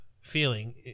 feeling